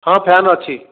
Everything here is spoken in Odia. ହଁ ଫ୍ୟାନ୍ ଅଛି